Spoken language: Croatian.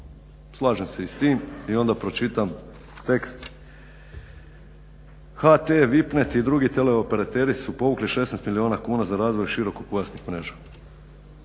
slažem se i s tim. I onda pročitam tekst